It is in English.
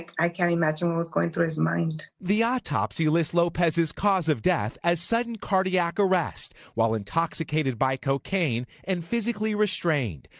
i can't imagine what was going through his mind. reporter the autopsy lists lopez's cause of death as sudden cardiac arrest while intoxicated by cocaine and physically restrain.